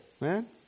man